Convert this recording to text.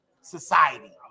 society